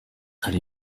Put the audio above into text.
hari